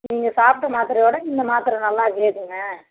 நீங்கள் சாப்பிட்ட மாத்திரையோட இந்த மாத்திரை நல்லா கேட்குங்க